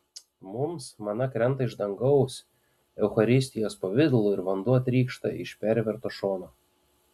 mums mana krenta iš dangaus eucharistijos pavidalu ir vanduo trykšta iš perverto šono